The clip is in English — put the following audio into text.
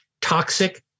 toxic